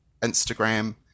Instagram